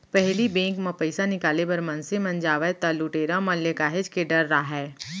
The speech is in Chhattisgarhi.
पहिली बेंक म पइसा निकाले बर मनसे मन जावय त लुटेरा मन ले काहेच के डर राहय